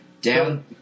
Down